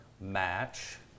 match